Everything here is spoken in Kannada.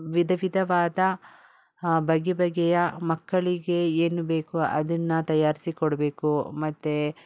ವಿಧ ವಿಧವಾದ ಹಾಂ ಬಗೆ ಬಗೆಯ ಮಕ್ಕಳಿಗೆ ಏನು ಬೇಕೋ ಅದನ್ನ ತಯಾರಿಸಿ ಕೊಡಬೇಕು ಮತ್ತು